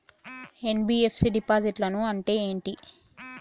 NBFC డిపాజిట్లను అంటే ఏంటి?